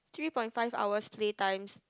three point five hours play times